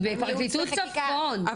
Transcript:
היא בפרקליטות צפון,